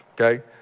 okay